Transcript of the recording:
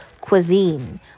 cuisine